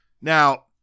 Now